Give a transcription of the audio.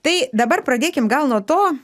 tai dabar pradėkim gal nuo to